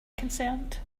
concerned